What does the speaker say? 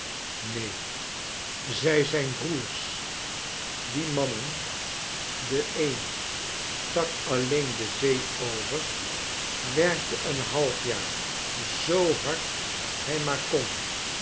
neen zij zijn broers die mannen de een stak alleen de zee over werkte een half jaar zoo hard hij maar kon